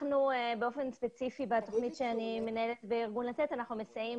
אנחנו באופן ספציפי - בתוכנית שאני מנהלת בארגון לתת מסייעים